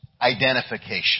identification